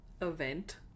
event